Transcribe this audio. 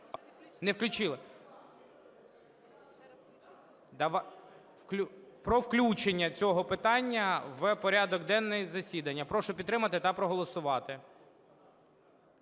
Не включили? Про включення цього питання в порядок денний засідання. Прошу підтримати та проголосувати.